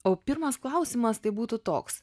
o pirmas klausimas tai būtų toks